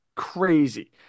crazy